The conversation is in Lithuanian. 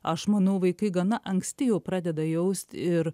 aš manau vaikai gana anksti jau pradeda jaust ir